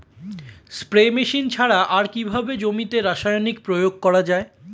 Spray machine ছাড়া আর কিভাবে জমিতে রাসায়নিক প্রয়োগ করা যায়?